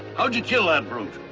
how'd you kill that brute?